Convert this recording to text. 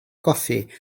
goffi